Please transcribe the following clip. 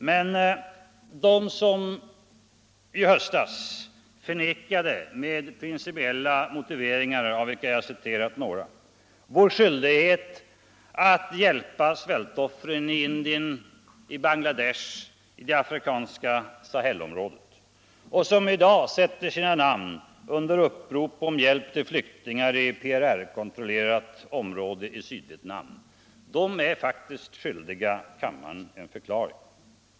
Men de som i höstas med principiella motiveringar, av vilka jag har citerat några, förnekade vår skyldighet att hjälpa svältoffren i Indien, Bangladesh och i det afrikanska Sahelområdet och som i dag sätter sina namn under upprop om hjälp till flyktingar i PRR-kontrollerat område i Sydvietnam, är faktiskt skyldiga kammaren en förklaring.